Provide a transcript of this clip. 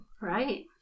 Right